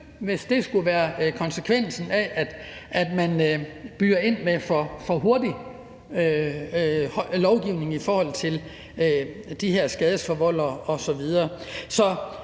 hvis det skulle være konsekvensen af, at man byder for hurtigt ind med lovgivning i forhold til de her skadeforvoldere osv.